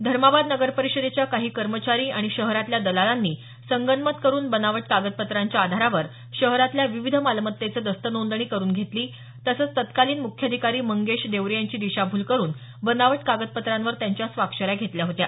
धर्माबाद नगर परिषदेच्या काही कर्मचारी आणि शहरातल्या दलालांनी संगनमत करून बनावट कागदपत्रांच्या आधारावर शहरातल्या विविध मालमत्तेचं दस्तनोंदणी करून घेतली तसंच तत्कालीन मुख्याधिकारी मंगेश देवरे यांची दिशाभूल करून बनावट कागदपत्रांवर त्यांच्या स्वाक्षऱ्या घेतल्या होत्या